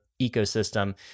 ecosystem